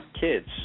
kids